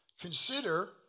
consider